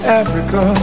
africa